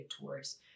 tours